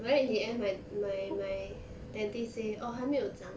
but then in the end my my my dentist say orh 还没有长